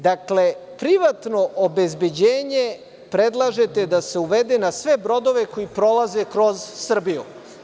Dakle, privatno obezbeđenje predlažete da se uvede na sve brodove koji prolaze kroz Srbiju.